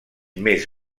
més